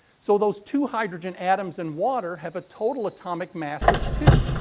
so, those two hydrogen atoms in water have a total atomic mass of two.